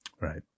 Right